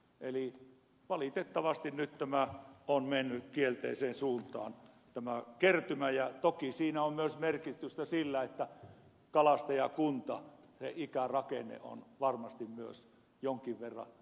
eli valitettavasti nyt tämä on mennyt kielteiseen suuntaan tämä kertymä ja toki siinä on myös merkitystä sillä että kalastajakunnan ikärakenne on varmasti myös jonkin verran sanoisiko vinoutunut